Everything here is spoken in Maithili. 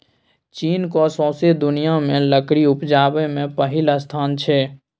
चीनक सौंसे दुनियाँ मे लकड़ी उपजाबै मे पहिल स्थान छै